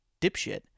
dipshit